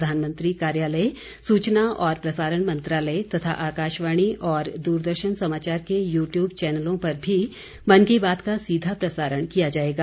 प्रधानमंत्री कार्यालय सूचना और प्रसारण मंत्रालय तथा आकाशवाणी और दूरदर्शन समाचार के यू ट्यूब चैनलों पर भी मन की बात का सीधा प्रसारण किया जाएगा